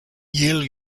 yale